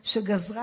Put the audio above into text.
והרצון להקל על